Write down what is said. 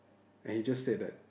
and he just said that